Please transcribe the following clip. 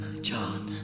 John